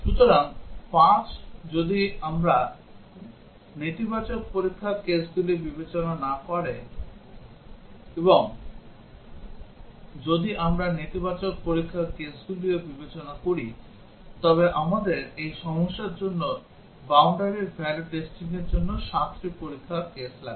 সুতরাং পাঁচ যদি আমরা নেতিবাচক পরীক্ষার কেসগুলি বিবেচনা না করি এবং যদি আমরা নেতিবাচক পরীক্ষার কেসগুলিও বিবেচনা করি তবে আমাদের এই সমস্যার জন্য boundary value টেস্টিংয়ের জন্য সাতটি পরীক্ষার কেস লাগবে